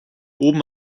oben